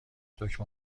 دکمه